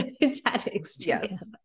Yes